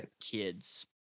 kids